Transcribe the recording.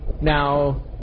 Now